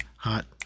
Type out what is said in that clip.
hot